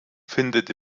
findet